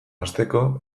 hasteko